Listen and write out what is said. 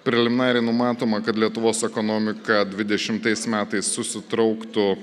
preliminariai numatoma kad lietuvos ekonomika dvidešimtais metais susitrauktų